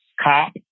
cop